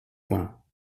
point